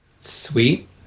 sweet